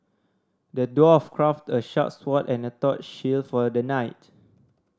the dwarf crafted a sharp sword and a tough shield for the knight